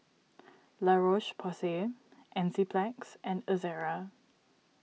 La Roche Porsay Enzyplex and Ezerra